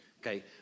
okay